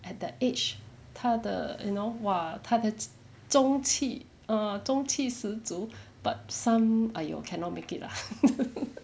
at that age 他的 you know !wah! 他的中气 err 中气十足 but some !aiyo! cannot make it lah